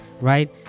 right